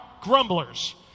grumblers